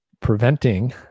preventing